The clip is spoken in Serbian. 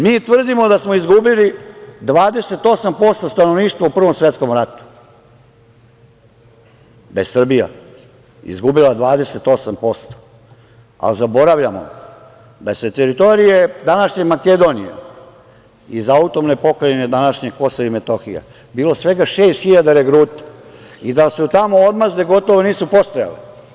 Mi tvrdimo da smo izgubili 28% stanovništva u Prvom svetskom ratu, da je Srbija izgubila 28%, a zaboravljamo da je sa teritorije današnje Makedonije i sa današnje AP KiM bilo svega 6.000 regruta i da tamo odmazde gotovo nisu postojale.